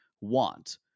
want